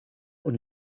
und